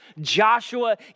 Joshua